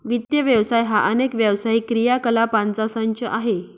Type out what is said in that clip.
वित्त व्यवसाय हा अनेक व्यावसायिक क्रियाकलापांचा संच आहे